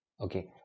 Okay